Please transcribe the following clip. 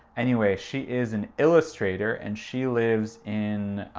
anyway, she is an illustrator and she lives in.